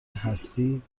هستی